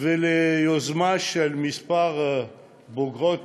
וליוזמה של כמה בוגרות,